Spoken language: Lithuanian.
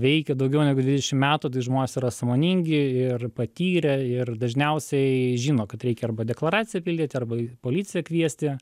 veikia daugiau negu dvidešim metų tai žmonės yra sąmoningi ir patyrę ir dažniausiai žino kad reikia arba deklaraciją pildyti arba policiją kviesti